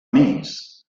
més